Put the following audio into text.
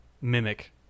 mimic